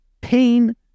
pain